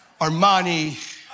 Armani